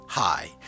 Hi